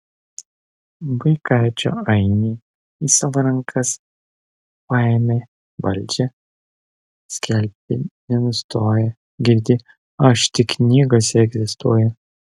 vaikaičio ainiai į savo rankas paėmę valdžią skelbti nenustoja girdi aš tik knygose egzistuoju